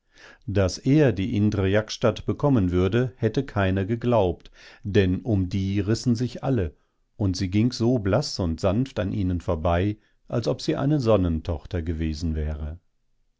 daß er die indre jaksztat bekommen würde hätte keiner geglaubt denn um die rissen sich alle und sie ging so blaß und sanft an ihnen vorbei als ob sie eine sonnentochter gewesen wäre